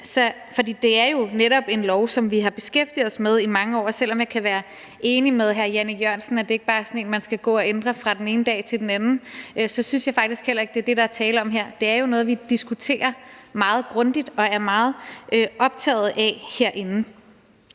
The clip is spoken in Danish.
for det er jo netop en lov, som vi har beskæftiget os med i mange år – og selv om jeg kan være enig med hr. Jan E. Jørgensen i, at det ikke bare er sådan en lov, man skal gå og ændre fra den ene dag til den anden, synes jeg faktisk heller ikke, det er det, der er tale om her, for det er jo noget, vi diskuterer meget grundigt og er meget optaget af herinde